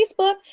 Facebook